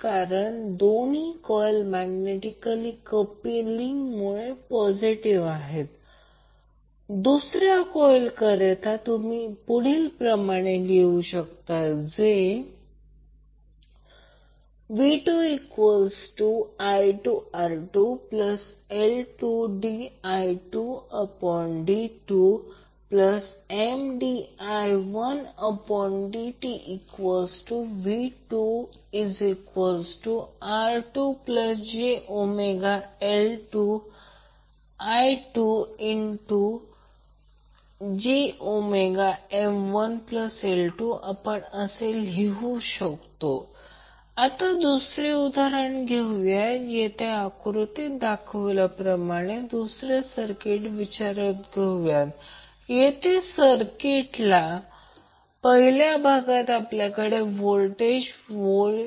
कारण दोन्ही coil magnetically कपलींगमुळे पॉजिटिव असतील आता दुसऱ्या कॉइल करिता तुम्ही लिहू शकता v2i2R2L2di2dtMdi1dtV2R2jωL2I2jωMI1 आता दुसरे उदाहरण घेऊ या जेथे आपण आकृतीत दाखवल्याप्रमाणे दुसरे सर्किट विचारात घेऊया येथे सर्किटच्या पहिल्या भागात आपल्याकडे व्होल्टेज V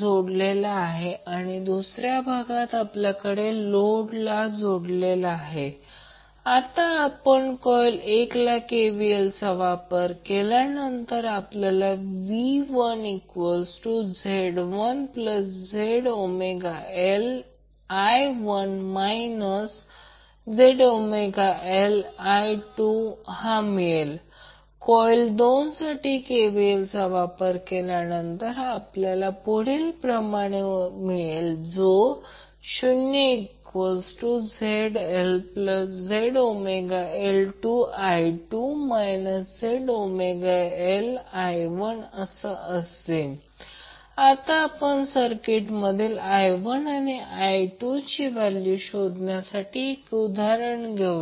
जोडलेला आहे आणि दुसर्या भागात आपल्याकडे लोड जोडलेला आहे आता आपण कॉइल 1 ला KVL चा वापर करूया VZ1jωL1I1 jωMI2 कॉइल 2 साठी KVL चा वापर केल्यावर आपल्याला मिळेल 0ZLjωL2I2 jωMI1 आता आपण सर्किट मधील I1 आणि I2 ची व्हॅल्यू शोधण्यासाठी एक उदाहरण घेऊया